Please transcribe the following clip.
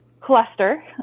cluster